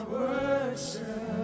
worship